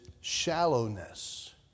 shallowness